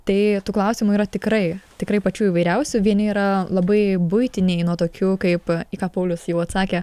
tai tų klausimų yra tikrai tikrai pačių įvairiausių vieni yra labai buitiniai nuo tokių kaip į ką paulius jau atsakė